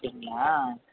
அப்படீங்களா